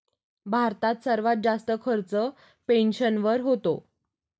भारतात सर्वात जास्त खर्च पेन्शनवर होतो